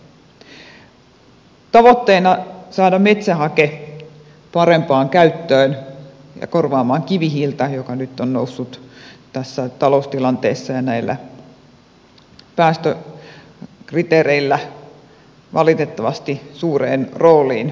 tavoitteena on saada metsähake parempaan käyttöön ja korvaamaan kivihiiltä joka nyt on noussut tässä taloustilanteessa ja näillä päästökriteereillä valitettavasti suureen rooliin